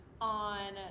on